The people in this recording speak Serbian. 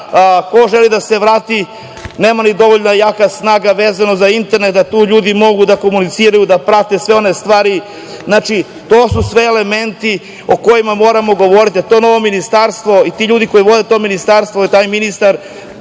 ko želi da se vrati nema ni dovoljno jakog signala za internet da ljudi mogu da komuniciraju, da prate sve stvari. To su sve elementi o kojima moramo govoriti, a to novo ministarstvo i ti ljudi koji vode to ministarstvo ili taj ministar,